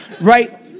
right